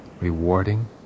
rewarding